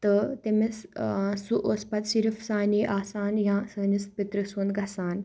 تہٕ تٔمِس سُہ اوس پَتہٕ صِرف سانے آسان یا سٲنِس پیٚترٕ سُنٛد گژھان